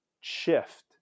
shift